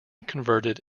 converted